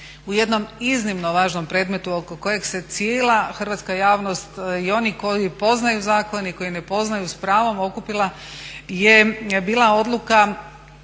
u jednom iznimno važnom predmetu oko kojeg se cijela hrvatska javnost i oni koji poznaju zakon i koji ne poznaju s pravom okupila je bila odluka